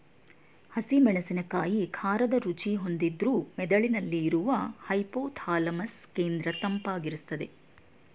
ಹಸಿ ಮೆಣಸಿನಕಾಯಿ ಖಾರದ ರುಚಿ ಹೊಂದಿದ್ರೂ ಮೆದುಳಿನಲ್ಲಿ ಇರುವ ಹೈಪೋಥಾಲಮಸ್ ಕೇಂದ್ರ ತಂಪಾಗಿರ್ಸ್ತದೆ